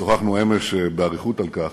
שוחחנו אמש באריכות על כך,